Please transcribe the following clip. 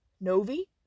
Novi